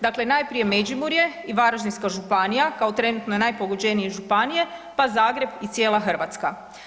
Dakle, najprije Međimurje i Varaždinska županija kao trenutno najpogođenije županije, pa Zagreb i cijela Hrvatska.